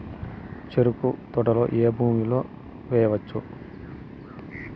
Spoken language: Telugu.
చెరుకు తోట ఏ భూమిలో వేయవచ్చు?